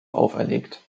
auferlegt